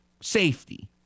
safety